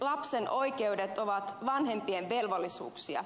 lapsen oikeudet ovat vanhempien velvollisuuksia